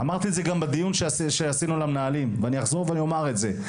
אמרתי את זה גם בדיון שעשינו על המנהלים ואני אחזור ואומר את זה.